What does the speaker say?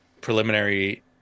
preliminary